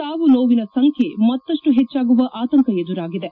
ಸಾವು ನೋವಿನ ಸಂಖ್ಯೆ ಮತ್ತಷ್ಟು ಹೆಚ್ಚಾಗುವ ಆತಂಕ ಎದುರಾಗಿದೆ